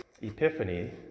epiphany